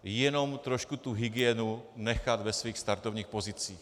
Jenom trošku tu hygienu nechat v jejích startovních pozicích.